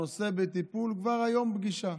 הנושא בטיפול, כבר היום פגישה.